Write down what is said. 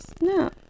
no